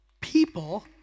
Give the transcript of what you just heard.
People